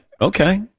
okay